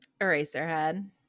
Eraserhead